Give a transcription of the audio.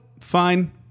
Fine